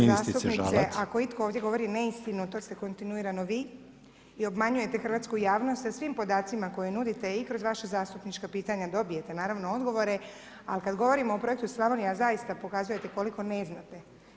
Uvažena saborska zastupnice, ako itko ovdje govori neistinu to ste kontinuirano vi i obmanjujete hrvatsku javnost sa svim podacima koje nudite i kroz vaša zastupnička pitanja dobijete, naravno, odgovore, ali kad govorimo o projektu Slavonija, zaista pokazujete koliko ne znate.